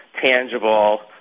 tangible